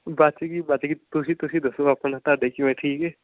ਬਸ ਜੀ ਬਸ ਜੀ ਤੁਸੀਂ ਤੁਸੀਂ ਦੱਸੋ ਆਪਣਾ ਤੁਹਾਡੇ ਕਿਵੇਂ ਠੀਕ ਹੈ